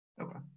Okay